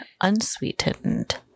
Unsweetened